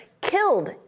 killed